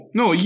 no